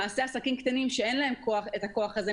למעשה עסקים קטנים שאין להם את הכוח הזה,